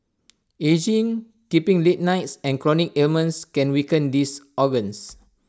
ageing keeping late nights and chronic ailments can weaken these organs